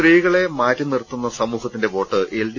സ്ത്രീകളെ മാറ്റി നിർത്തുന്ന സമൂഹത്തിന്റെ വോട്ട് എൽ ഡി